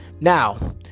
Now